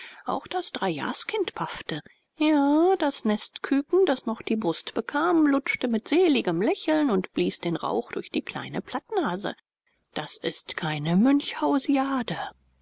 auch das dreijahrskind paffte ja das nestkücken das noch die brust bekam lutschte mit seligem lächeln und blies den rauch durch die kleine plattnase das ist keine